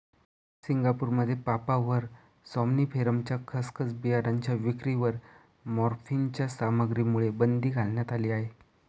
सिंगापूरमध्ये पापाव्हर सॉम्निफेरमच्या खसखस बियाणांच्या विक्रीवर मॉर्फिनच्या सामग्रीमुळे बंदी घालण्यात आली आहे